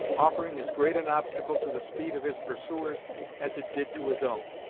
offering as great an obstacle to the speed of his pursuers as it did to his own.